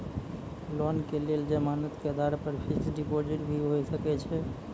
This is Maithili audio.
लोन के लेल जमानत के आधार पर फिक्स्ड डिपोजिट भी होय सके छै?